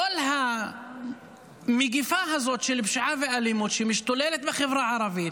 כל המגפה הזאת של פשיעה ואלימות שמשתוללת בחברה הערבית,